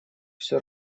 все